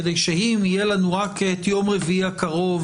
כדי שאם יהיה לנו רק את יום רביעי הקרוב